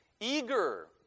Eager